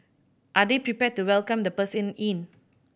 are they prepared to welcome the person in